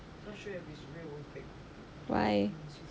why